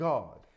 God